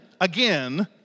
again